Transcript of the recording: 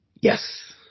yes